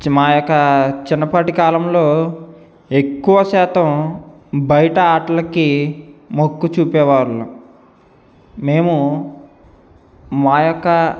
చి మా యొక్క చిన్నపాటి కాలంలో ఎక్కువ శాతం బయట ఆటలకి మొక్కు చూపేవాళ్ళు మేము మా యొక్క